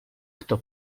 kto